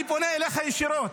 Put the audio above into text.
אני פונה אליך ישירות.